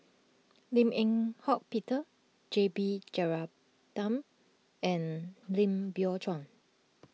Lim Eng Hock Peter J B Jeyaretnam and Lim Biow Chuan